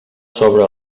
sobre